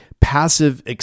passive